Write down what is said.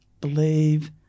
Believe